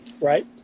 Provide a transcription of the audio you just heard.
Right